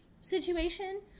situation